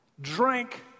drank